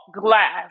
glass